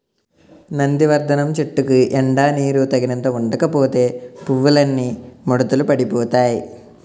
నందివర్థనం చెట్టుకి ఎండా నీరూ తగినంత ఉండకపోతే పువ్వులన్నీ ముడతలు పడిపోతాయ్